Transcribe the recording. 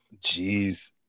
Jeez